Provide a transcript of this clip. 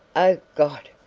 oh, god!